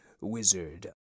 wizard